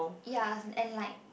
ya and like